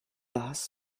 does